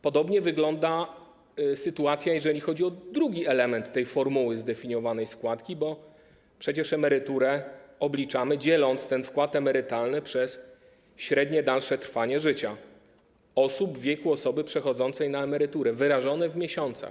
Podobnie wygląda sytuacja, jeżeli chodzi o drugi element tej formuły zdefiniowanej składki, bo przecież emeryturę obliczamy, dzieląc ten wkład emerytalny przez średnie dalsze trwanie życia osób w wieku osoby przechodzącej na emeryturę wyrażone w miesiącach.